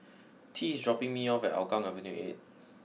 tea is dropping me off at Hougang Avenue A